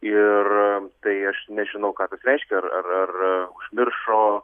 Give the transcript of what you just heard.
ir tai aš nežinau ką reiškia ar ar ar užmiršo